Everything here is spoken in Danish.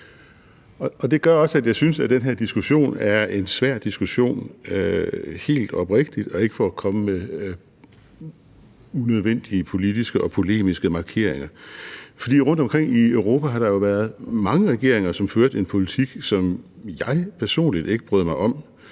jeg synes, at den her diskussion er en svær diskussion, helt oprigtigt og ikke for at komme med unødvendige politiske og polemiske markeringer. Rundtomkring i Europa har der jo været mange regeringer, som har ført en politik, som jeg personligt ikke brød mig om.